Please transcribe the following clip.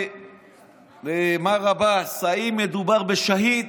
מר עבאס: האם מדובר בשהיד,